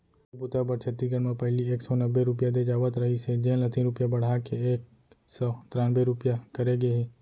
ए बूता बर छत्तीसगढ़ म पहिली एक सव नब्बे रूपिया दे जावत रहिस हे जेन ल तीन रूपिया बड़हा के एक सव त्रान्बे रूपिया करे गे हे